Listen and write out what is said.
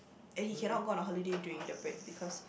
and he cannot go on a holiday during the break because